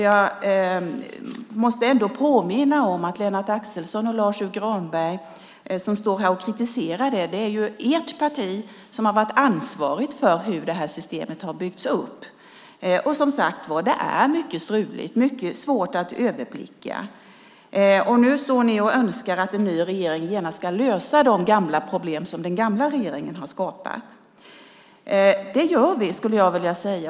Jag måste ändå påminna Lennart Axelsson och Lars U Granberg som står här och kritiserar detta om att det är ert parti som har varit ansvarigt för hur systemet har byggts upp. Det är som sagt var mycket struligt och mycket svårt att överblicka. Nu står ni och önskar att en ny regering genast ska lösa de gamla problem som den gamla regeringen har skapat. Det gör vi, skulle jag vilja säga.